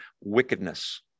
wickedness